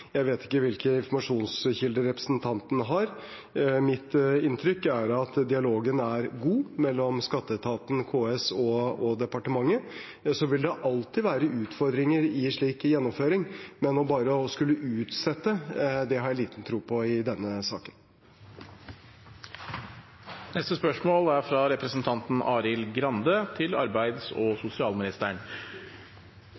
Jeg vet ikke hvilke informasjonskilder representanten har. Mitt inntrykk er at dialogen er god mellom skatteetaten, KS og departementet. Og så vil det alltid være utfordringer ved en slik gjennomføring, men det å bare skulle utsette har jeg liten tro på i denne saken. Har jeg før jeg begynner lov til